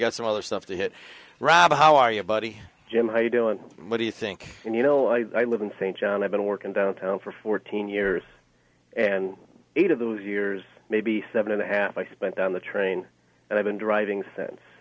got some other stuff to hit rob how are you buddy jim how are you doing what do you think you know i live in st john i've been working downtown for fourteen years and eight of those years maybe seven and a half i spent on the train and i've been driving